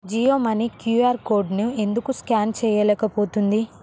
Jio money QR కోడ్ని ఎందుకు scan చేయలేకపోతుంది